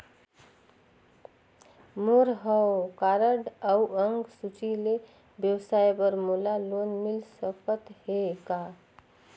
मोर हव कारड अउ अंक सूची ले व्यवसाय बर मोला लोन मिल सकत हे का?